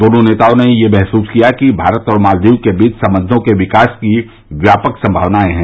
दोनों नेताओं ने यह महसूस किया कि भारत और मालदीव के बीच संबंघों के विकास की व्यापक संभावनाएं हैं